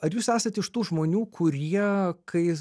ar jūs esat iš tų žmonių kurie kai